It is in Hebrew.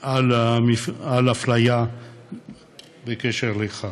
על הפליה בקשר לכך.